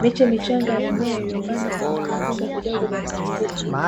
Miche michanga ya mimea iliyopandwa kwenye vikombe vidogo vya plastiki